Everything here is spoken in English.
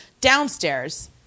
Downstairs